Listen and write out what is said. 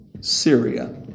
Syria